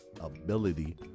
ability